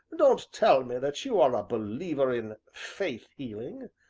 don't tell me that you are a believer in faith healing,